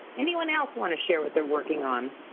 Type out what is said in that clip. anyone else wanna share what they're working on?